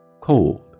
cold